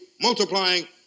multiplying